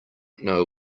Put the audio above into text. know